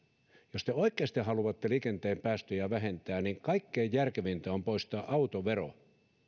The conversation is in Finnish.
jos te oikeasti haluatte liikenteen päästöjä vähentää kaikkein järkevintä on poistaa autovero